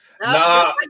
Nah